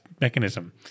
mechanism